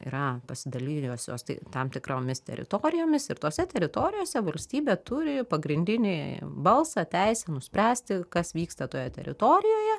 yra pasidalijusios tai tam tikromis teritorijomis ir tose teritorijose valstybė turi pagrindinį balsą teisę nuspręsti kas vyksta toje teritorijoje